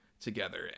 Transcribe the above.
together